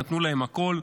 שנתנו להם הכול.